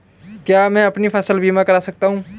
क्या मैं अपनी फसल बीमा करा सकती हूँ?